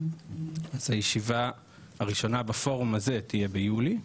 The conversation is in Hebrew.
אז הישיבה הראשונה בפורום הזה תהיה ביולי,